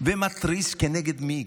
ומתריס כנגד מי?